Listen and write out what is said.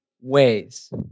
ways